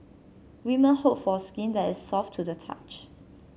women hope for skin that is soft to the touch